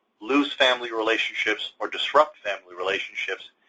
lose family relationships or disrupt family relationships,